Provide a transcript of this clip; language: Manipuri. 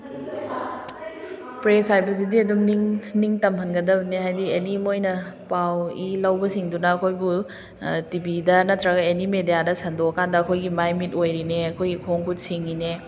ꯄ꯭ꯔꯦꯁ ꯍꯥꯏꯕꯁꯤꯗꯤ ꯑꯗꯨꯝ ꯅꯤꯡꯇꯝꯍꯟꯒꯗꯝꯅꯦ ꯍꯥꯏꯗꯤ ꯑꯦꯅꯤ ꯃꯣꯏꯅ ꯄꯥꯎ ꯏ ꯂꯧꯕꯁꯤꯡꯗꯨꯅ ꯑꯩꯈꯣꯏꯕꯨ ꯇꯤꯚꯤꯗ ꯅꯠꯇ꯭ꯔꯒ ꯑꯦꯅꯤ ꯃꯦꯗꯤꯌꯥꯗ ꯁꯟꯗꯣꯛꯑꯀꯥꯟꯗ ꯑꯩꯈꯣꯏꯒꯤ ꯃꯥꯏ ꯃꯤꯠ ꯑꯣꯏꯔꯤꯅꯦ ꯑꯩꯈꯣꯏꯒꯤ ꯈꯣꯡ ꯈꯨꯠ ꯁꯤꯡꯉꯤꯅꯦ